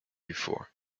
before